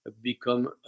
become